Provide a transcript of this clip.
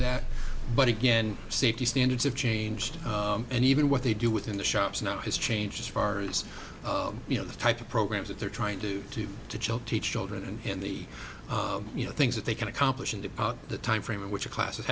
that but again safety standards have changed and even what they do within the shops now has changed as far as you know the type of programs that they're trying to do to gel teach children and the you know things that they can accomplish in the timeframe in which a class